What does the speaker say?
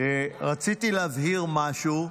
רציתי להבהיר משהו.